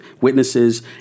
witnesses